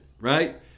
right